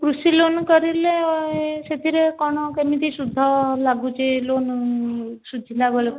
କୃଷି ଲୋନ୍ କରିଲେ ସେଥିରେ କ'ଣ କେମିତି ସୁଧ ଲାଗୁଛି ଲୋନ୍ ସୁଝିଲା ବେଳକୁ